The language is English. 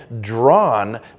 drawn